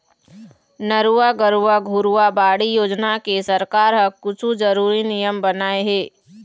नरूवा, गरूवा, घुरूवा, बाड़ी योजना के सरकार ह कुछु जरुरी नियम बनाए हे